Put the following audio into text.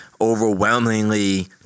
overwhelmingly